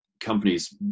companies